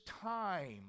time